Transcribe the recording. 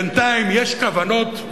בינתיים יש כוונות,